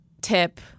tip